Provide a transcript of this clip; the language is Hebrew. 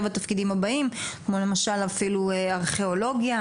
התפקידים הבאים כמו למשל אפילו ארכיאולוגיה,